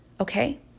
okay